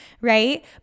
right